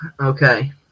Okay